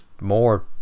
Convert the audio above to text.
more